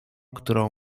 którą